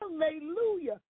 Hallelujah